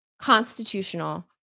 Constitutional